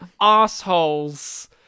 assholes